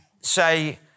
say